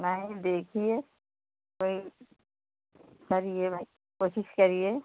नहीं देखिए कोई करिए भाई कोशिश करिए